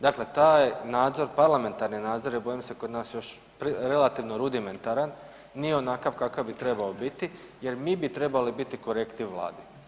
Dakle taj nadzor, parlamentarni nadzor, je, bojim se, kod naš još relativno rudimentaran, nije onakav kakav bi trebao biti jer mi bi trebali biti korektiv Vladi.